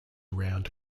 round